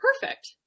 Perfect